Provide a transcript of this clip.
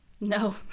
No